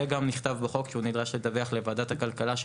וגם נכתב בחוק שהוא נדרש לדווח לוועדת הכלכלה של